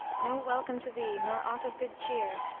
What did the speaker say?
no welcome to thee, nor aught of good cheer!